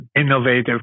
innovative